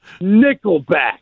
Nickelback